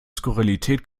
skurrilität